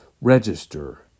Register